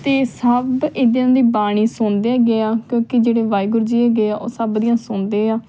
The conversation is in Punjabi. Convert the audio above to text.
ਅਤੇ ਸਭ ਇੱਦਾਂ ਦੀ ਬਾਣੀ ਸੁਣਦੇ ਹੈਗੇ ਆ ਕਿਉਂਕਿ ਜਿਹੜੇ ਵਾਹਿਗੁਰੂ ਜੀ ਹੈਗੇ ਆ ਉਹ ਸਭ ਦੀਆਂ ਸੁਣਦੇ ਆ